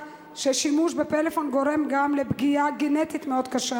ששימוש בפלאפון גורם גם לפגיעה גנטית מאוד קשה.